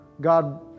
God